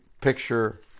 picture